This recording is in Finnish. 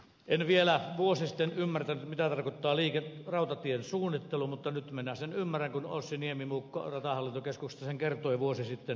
en vielä vuosi sitten ymmärtänyt mitä tarkoittaa rautatien suunnittelu mutta nyt minä sen ymmärrän kun ossi niemimuukko ratahallintokeskuksesta sen kertoi vuosi sitten